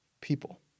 people